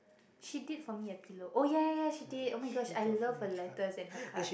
she did for me a pillow oh yeah yeah yeah she did oh-my-gosh I love her letters and her card